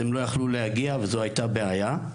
בגלל הקורונה הם לא יכלו להגיע וזו הייתה בעיה.